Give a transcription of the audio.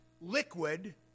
liquid